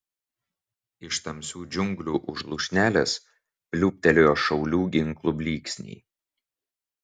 iš tamsių džiunglių už lūšnelės pliūptelėjo šaulių ginklų blyksniai